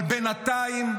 אבל בינתיים,